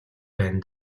байна